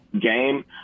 game